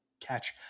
catch